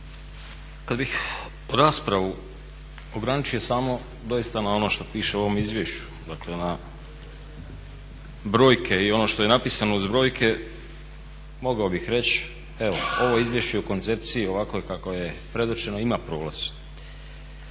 Kada bih raspravu ograničio samo doista na ovo što piše u ovom izvješću dakle na brojke i ono što je napisano uz brojke, mogao bih reći evo ovo izvješće u koncepciji ovako kako je predočeno ima prolaz.